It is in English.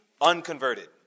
unconverted